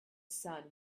sun